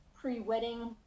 pre-wedding